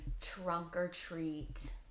trunk-or-treat